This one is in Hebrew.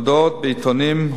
מודעות בעיתונים,